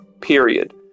period